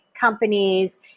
companies